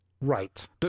Right